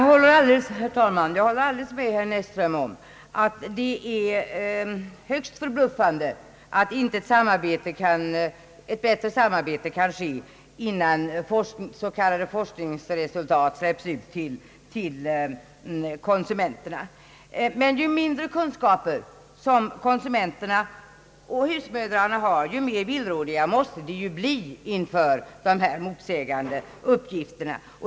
Herr talman! Jag håller helt med herr Näsström om att det är högst förbluffande att inte ett bättre samarbete kan ske, innan s.k. forskningsresultat släpps ut till konsumenterna. Men ju mindre kunskaper husmödrarna och andra konsumenter har, desto mer villrådiga måste de bli inför alla motsägande uppgifter.